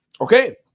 Okay